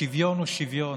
שוויון הוא שוויון,